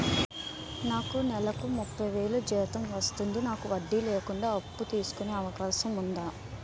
నాకు నేలకు ముప్పై వేలు జీతం వస్తుంది నాకు వడ్డీ లేకుండా అప్పు తీసుకునే అవకాశం ఉందా